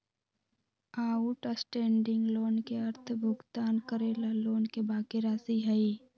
outstanding loan के अर्थ भुगतान करे ला लोन के बाकि राशि हई